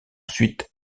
ensuite